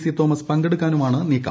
C Thomas പങ്കെടുക്കാനുമാണ് നീക്കം